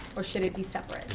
or should it be separate?